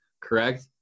correct